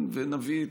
ונביא,